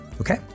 Okay